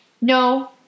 No